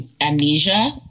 amnesia